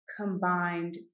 combined